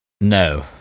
No